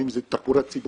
האם זה תחבורה ציבורית,